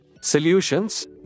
Solutions